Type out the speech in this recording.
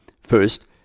First